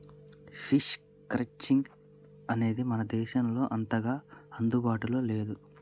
sheep crutching అనేది మన దేశంలో అంతగా అందుబాటులో లేదు